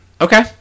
Okay